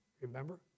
Remember